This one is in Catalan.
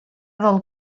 del